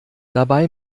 dabei